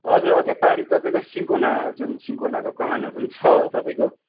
हजुर अझै पारि तपाईँको सिन्कोना जुन सिन्कोनाको कमानहरू पनि छ तपाईँको